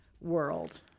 world